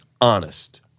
honest